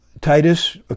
Titus